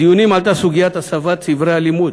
בדיונים עלתה סוגיית הסבת ספרי הלימוד